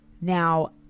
Now